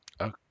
Okay